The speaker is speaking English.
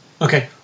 Okay